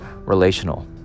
relational